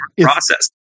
process